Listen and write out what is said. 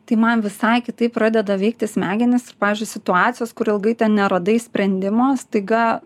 tai man visai kitaip pradeda veikti smegenys pavyzdžiui situacijos kur ilgai ten neradai sprendimo staiga